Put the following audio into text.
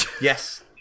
Yes